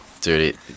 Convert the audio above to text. Dude